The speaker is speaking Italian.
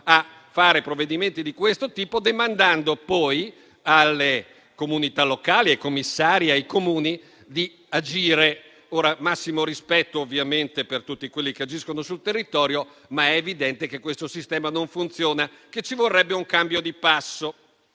a fare provvedimenti di questo tipo, demandando poi alle comunità locali, ai commissari e ai Comuni di agire. Ora, massimo rispetto ovviamente per tutti quelli che agiscono sul territorio, ma è evidente che questo sistema non funziona e che ci vorrebbe un cambio di passo.